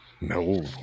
No